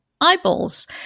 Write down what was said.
eyeballs